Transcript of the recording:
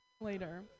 later